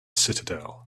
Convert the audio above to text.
citadel